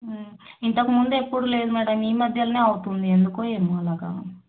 ఇంతకు ముందు ఎప్పుడు లేదు మేడం ఈ మధ్యలోనే అవుతుంది ఎందుకో ఏమో అలాగా